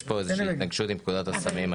יש כאן איזושהי התנגשות עם פקודת הסמים.